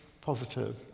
positive